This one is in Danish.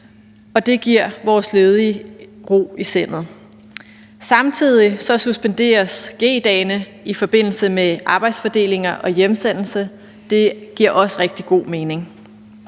og det giver vores ledige ro i sindet. Samtidig suspenderes G-dagene i forbindelse med arbejdsfordelinger og hjemsendelse, og det giver også rigtig god mening.